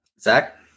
Zach